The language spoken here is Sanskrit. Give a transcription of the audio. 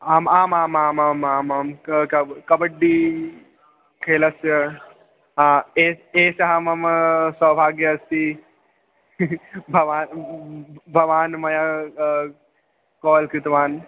आम् आमामामामां का कब् कबड्डी खेलस्य ए एषः मम सौभाग्यः अस्ति भवान् भवान् मया कोल् कृतवान्